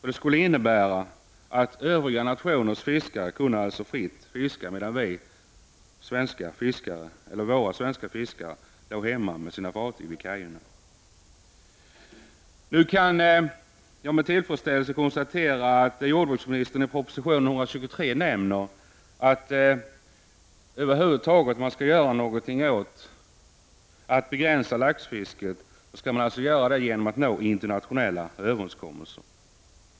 Det skulle innebära att övriga nationers fiskare skulle kunna fiska fritt, medan våra svenska fiskare ligger med sina fartyg vid kajerna. Jag kan med tillfredsställelse konstatera att jordbruksministern i proposition nr 123 nämner, att om man över huvud taget skall begränsa laxfisket, skall man göra det genom internationella överenskommelser.